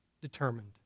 determined